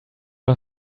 are